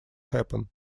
happen